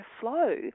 flow